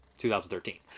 2013